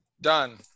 Done